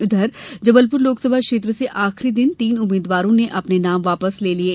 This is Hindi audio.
उधर जबलपुर लोकसभा क्षेत्र से आखिरी दिन तीन उम्मीदवारों ने अपने नाम वापस ले लिये